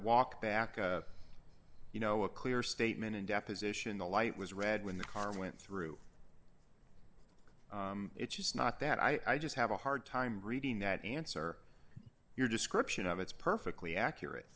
walk back you know a clear statement in deposition the light was red when the car went through it's not that i just have a hard time reading that answer your description of it's perfectly accurate